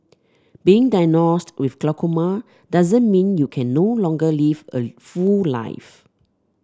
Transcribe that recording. being diagnosed with glaucoma doesn't mean you can no longer live a full life